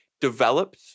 developed